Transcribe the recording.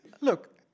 Look